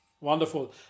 wonderful